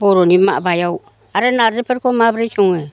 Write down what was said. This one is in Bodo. बर'नि माबायाव आरो नारजिफोरखौ माबोरै सङो